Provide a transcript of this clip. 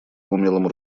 умелым